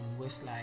Westlife